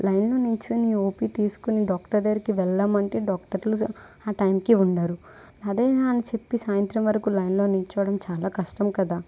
లైన్లో నిలుచోని ఓపీ తీసుకోని డాక్టర్ దగ్గరకు వెళ్దాము అంటే డాక్టర్లు ఆ టైంకి ఉండరు అదే అని చెప్పి సాయంత్రం వరకూ లైన్లో నిలుచోవడం చాలా కష్టం కదా